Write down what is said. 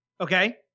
Okay